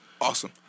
awesome